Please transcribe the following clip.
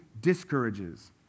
discourages